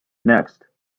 next